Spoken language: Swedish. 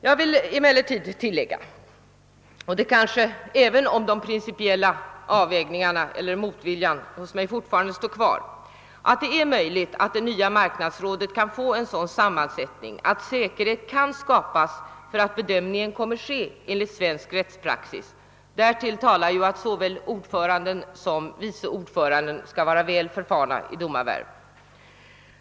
Jag vill emellertid tillägga — även om den principiella motviljan fortfarande finns kvar hos mig — att det är möjligt att det nya marknadsrådet kan få en sådan sammansättning att säkerhet skapas för att bedömningen kommer att ske enligt svensk rättspraxis. Därför talar ju att såväl ordföranden som vice ordföranden skall vara väl förfarna i domarvärv.